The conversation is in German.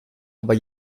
aber